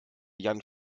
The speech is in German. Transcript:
jan